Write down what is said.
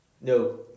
no